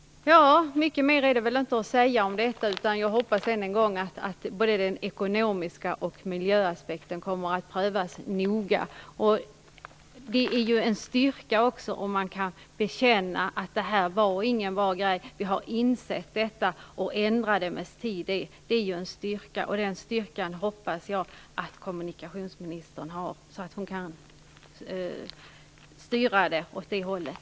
Mycket mer är det inte att säga om detta. Jag hoppas än en gång att både den ekonomiska aspekten och miljöaspekten kommer att prövas noga. Det är en styrka om man kan bekänna att det inte var en bra grej och säga: Vi har insett detta, och vi ändrar det medan tid är. Det är en styrka. Den styrkan hoppas jag att kommunikationsministern har så att hon kan styra åt det hållet.